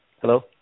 hello